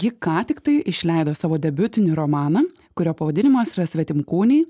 ji ką tiktai išleido savo debiutinį romaną kurio pavadinimas yra svetimkūniai